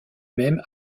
même